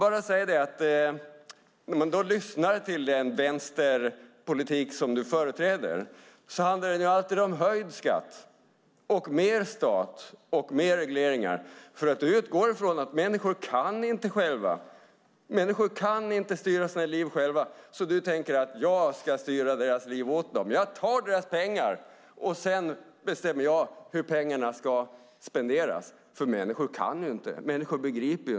När man då lyssnar till den vänsterpolitik som du företräder handlar den alltid om höjd skatt, mer stat och mer regleringar. Du utgår från att människor inte kan själva. Människor kan inte styra sina liv själva, så du tänker: Jag ska styra deras liv åt dem. Jag tar deras pengar, och sedan bestämmer jag hur pengarna ska spenderas, eftersom människor inte kan, inte begriper.